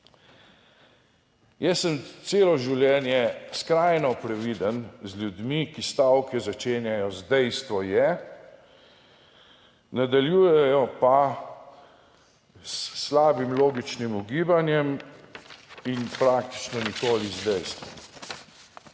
Jaz sem celo življenje skrajno previden z ljudmi, ki stavke začenjajo: "Dejstvo je…", nadaljujejo pa "s slabim logičnim ugibanjem in praktično nikoli z dejstvi".